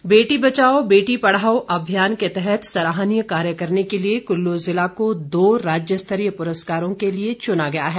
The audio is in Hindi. पुरस्कार बेटी बचाओ बेटी पढ़ाओ योजना के तहत सराहनीय कार्य करने के लिए कुल्लू जिला को दो राज्य स्तरीय पुरस्कारों के लिए चुना गया है